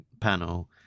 panel